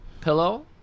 pillow